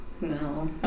No